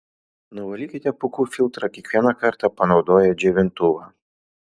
nuvalykite pūkų filtrą kiekvieną kartą panaudoję džiovintuvą